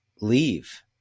leave